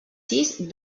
sis